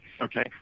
Okay